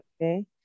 okay